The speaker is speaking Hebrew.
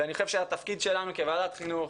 ואני חושב שהתפקיד שלנו כוועדת חינוך,